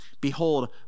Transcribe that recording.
Behold